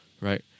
right